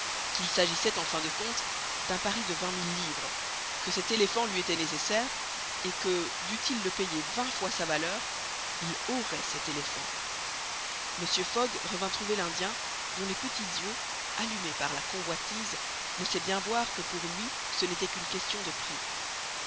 qu'il s'agissait en fin de compte d'un pari de vingt mille livres que cet éléphant lui était nécessaire et que dût-il le payer vingt fois sa valeur il aurait cet éléphant mr fogg revint trouver l'indien dont les petits yeux allumés par la convoitise laissaient bien voir que pour lui ce n'était qu'une question de prix